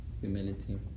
humility